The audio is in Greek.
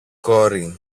κόρη